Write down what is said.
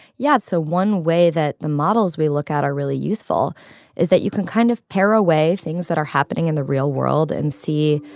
yeah. so one way that the models we look at are really useful is that you can kind of pare away things that are happening in the real world and see,